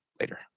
later